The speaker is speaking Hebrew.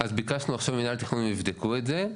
אז ביקשנו עכשיו ממנהל התכנון הם יבדקו את זה.